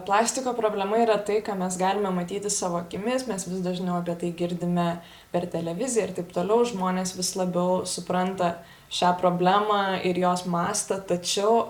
plastiko problema yra tai ką mes galime matyti savo akimis mes vis dažniau apie tai girdime per televiziją ir taip toliau žmonės vis labiau supranta šią problemą ir jos mastą tačiau